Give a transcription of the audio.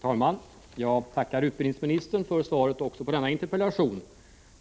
Herr talman! Jag tackar utbildningsministern för svaret på även denna interpellation.